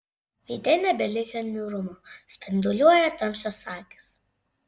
veide nebelikę niūrumo spinduliuoja tamsios akys